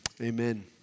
Amen